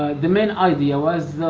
the main ideas was